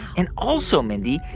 and also, mindy,